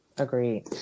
Agreed